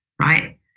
right